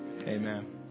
amen